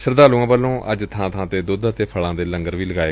ਸ਼ਰਧਾਲੁਆਂ ਵੱਲੋਂ ਅੱਜ ਬਾਂ ਬਾਂ ਤੇ ਦੁੱਧ ਅਤੇ ਫਲਾਂ ਦੇ ਲੰਗਰ ਲਗਾਏ